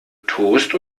toast